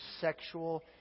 sexual